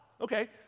Okay